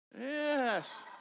Yes